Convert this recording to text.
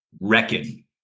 Reckon